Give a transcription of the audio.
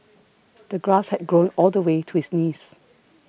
the grass had grown all the way to his knees